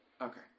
Okay